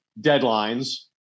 deadlines